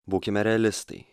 būkime realistai